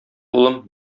улым